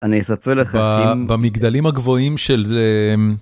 אני אספר לך במגדלים הגבוהים של זה.